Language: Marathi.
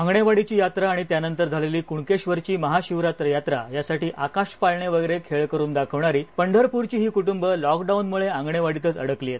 आंगणेवाडी यात्रा आणि त्यांनतर झालेली कुणकेश्वरची महाशिवरात्र यात्रा यासाठी आकाश पाळणे वगैरे खेळ करून दाखवणारी पंढरपूरची हि कु डि लॉकडाऊनमुळे आंगणेवाडीतच अडकली आहेत